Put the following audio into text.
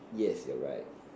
yes you're right